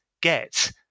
get